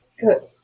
good